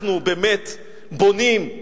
אנחנו באמת בונים,